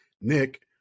Nick